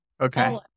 Okay